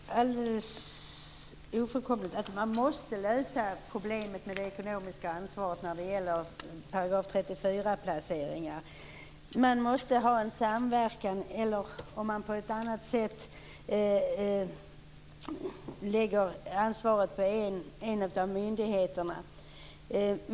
Herr talman! Det är alldeles ofrånkomligt att man måste lösa problemet med det ekonomiska ansvaret när det gäller § 34-placeringar. Man måste ha en samverkan eller lägga ansvaret på en av myndigheterna.